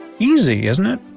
easy, isn't it?